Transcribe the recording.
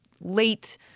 late